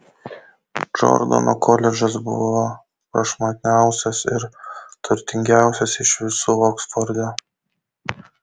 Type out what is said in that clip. džordano koledžas buvo prašmatniausias ir turtingiausias iš visų oksforde